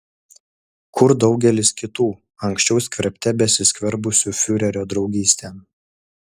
kur daugelis kitų anksčiau skverbte besiskverbusių fiurerio draugystėn